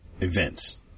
events